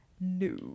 no